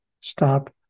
stop